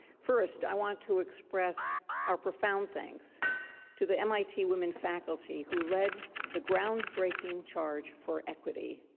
first i want to express our profound thanks to the mit women faculty who led the groundbreaking charge for equity,